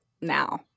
now